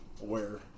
aware